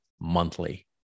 monthly